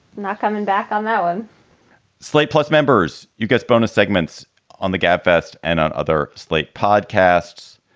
not coming back on that one slate plus members. you get bonus segments on the gabfest and on other slate podcasts.